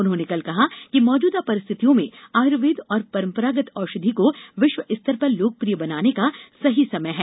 उन्होंने कहा कि मौजूदा परिस्थितियों में आयुर्वेद और परंपरागत औषधि को विश्वस्तर पर लोकप्रिय बनाने का सही समय है